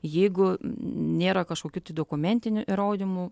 jeigu nėra kažkokių dokumentinių įrodymų